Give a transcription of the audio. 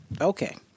Okay